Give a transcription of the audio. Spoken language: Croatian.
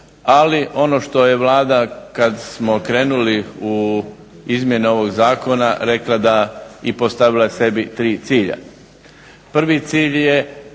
Ali, ono što je Vlada kad smo krenuli u izmjene ovog zakona rekla da i postavila sebi tri cilja. Prvi cilj je